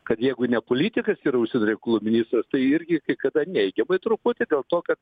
kad jeigu ne politikas yra užsienio reikalų ministras tai irgi kada neigiamai truputį dėl to kad